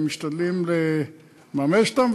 משתדלים לממש אותן,